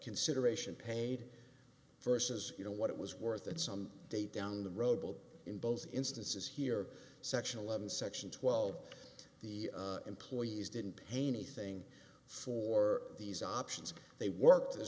consideration paid first as you know what it was worth at some date down the road but in both instances here section eleven section twelve the employees didn't pay anything for these options they worked there's